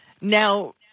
Now